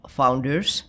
founders